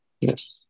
Yes